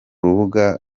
rubuga